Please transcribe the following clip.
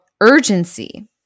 urgency